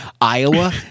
Iowa